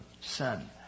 son